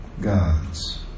God's